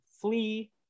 flee